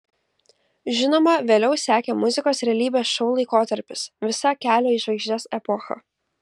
žinoma vėliau sekė muzikos realybės šou laikotarpis visa kelio į žvaigždes epocha